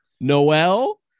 noel